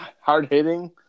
hard-hitting